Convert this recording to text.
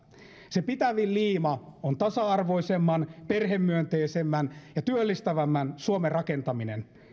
se pitävin liima on tasa arvoisemman perhemyönteisemmän ja työllistävämmän suomen rakentaminen